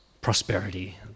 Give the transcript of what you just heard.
prosperity